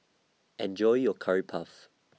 Enjoy your Curry Puff